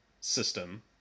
system